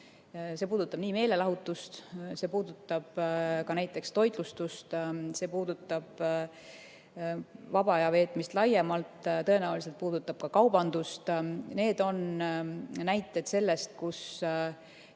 See puudutab meelelahutust, see puudutab ka näiteks toitlustust, see puudutab vaba aja veetmist laiemalt, tõenäoliselt puudutab ka kaubandust. Need on näited sellest, kus,